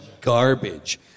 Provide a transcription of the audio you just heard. garbage